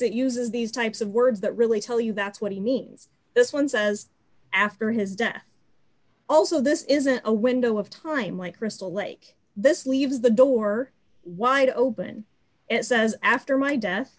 it uses these types of words that really tell you that's what he means this one says after his death also this isn't a window of time like crystal like this leaves the door wide open it says after my de